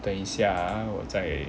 等一下我在